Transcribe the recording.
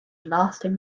lasting